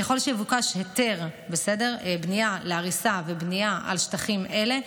ככל שיבוקש היתר בנייה להריסה ובנייה על שטחים אלה,